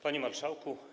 Panie Marszałku!